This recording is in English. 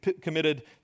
committed